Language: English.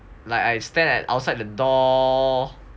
like I stand outside the door